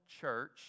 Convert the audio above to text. church